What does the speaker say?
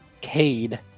Cade